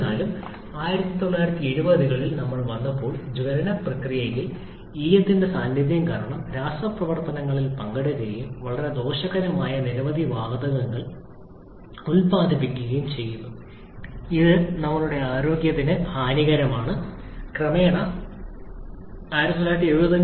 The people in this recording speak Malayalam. എന്നിരുന്നാലും 1970 കളിൽ ഞങ്ങൾ വന്നപ്പോൾ ജ്വലന പ്രക്രിയയിൽ ഈയത്തിന്റെ സാന്നിധ്യം കാരണം രാസപ്രവർത്തനത്തിൽ പങ്കെടുക്കുകയും വളരെ ദോഷകരമായ നിരവധി വാതകങ്ങൾ ഉത്പാദിപ്പിക്കുകയും ചെയ്യുന്നു ഇത് നമ്മുടെ ആരോഗ്യത്തിന് ഹാനികരമാണ് മാത്രമല്ല നിരവധി പരിസ്ഥിതി മലിനീകരണങ്ങളിലേക്കും നയിക്കുന്നു